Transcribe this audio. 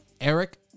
Eric